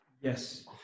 Yes